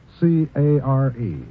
C-A-R-E